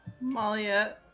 Malia